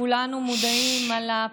שכולנו מודעים לו,